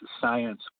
science